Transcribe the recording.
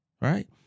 right